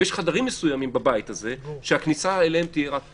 ויש חדרים מסוימים בבית הזה שהכניסה אליהם תהיה רק פה.